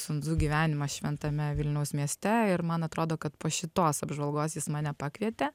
sun dzu gyvenimą šventame vilniaus mieste ir man atrodo kad po šitos apžvalgos jis mane pakvietė